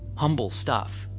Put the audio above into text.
humble stuff.